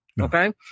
Okay